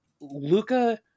luca